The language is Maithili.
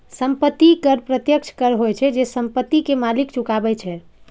संपत्ति कर प्रत्यक्ष कर होइ छै, जे संपत्ति के मालिक चुकाबै छै